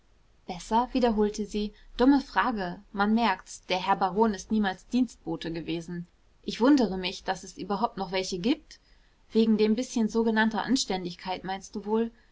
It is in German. besser wiederholte sie dumme frage man merkt's der herr baron ist niemals dienstbote gewesen ich wundere mich daß es überhaupt noch welche gibt wegen dem bißchen sogenannter anständigkeit meinst du wohl